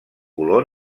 color